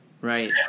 right